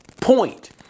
point